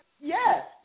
yes